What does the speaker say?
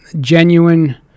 genuine